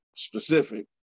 specific